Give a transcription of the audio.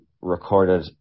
recorded